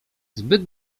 zbyt